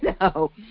no